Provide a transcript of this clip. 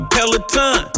Peloton